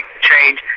change